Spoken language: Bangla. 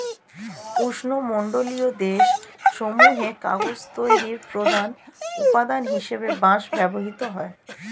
উষ্ণমণ্ডলীয় দেশ সমূহে কাগজ তৈরির প্রধান উপাদান হিসেবে বাঁশ ব্যবহৃত হয়